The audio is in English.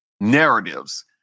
narratives